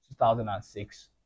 2006